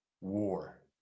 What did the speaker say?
war